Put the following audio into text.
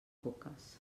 coques